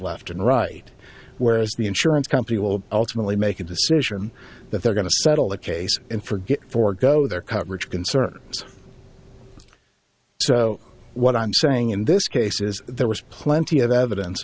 left and right where's the insurance company will ultimately make a decision that they're going to settle the case in for get forego their coverage concerns so what i'm saying in this case is there was plenty of evidence